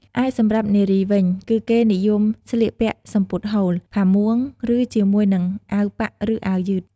ឯសម្រាប់់នារីវិញគឺគេនិយមស្លៀកពាក់សំពត់ហូល ផាមួងឬជាមួយនឹងអាវប៉ាក់ឬអាវយឺត។